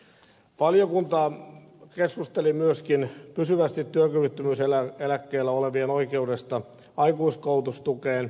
valiokunta keskusteli myöskin pysyvästi työkyvyttömyyseläkkeellä olevien oikeudesta aikuiskoulutustukeen